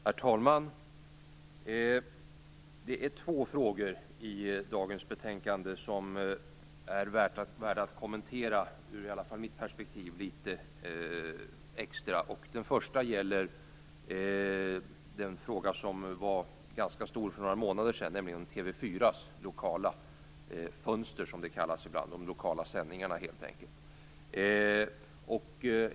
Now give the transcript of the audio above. Herr talman! Det är två frågor i dagens betänkande som är värda att kommentera ur i alla fall mitt perspektiv litet extra. Den första gäller den fråga som var ganska stor för någon månad sedan, nämligen TV 4:s lokala fönster, de lokala sändningarna helt enkelt.